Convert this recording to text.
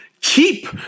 keep